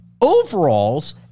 overalls